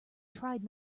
tried